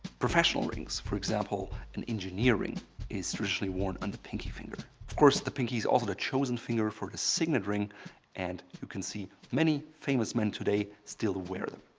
professional rings, for example, in engineering is usually worn on the pinky finger. of course, the pinky is also the chosen finger for a signet ring and you can see many famous men today still wear them.